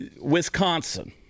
Wisconsin